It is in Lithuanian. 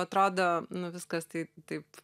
atrodo nu viskas taip taip